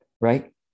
right